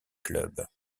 clubs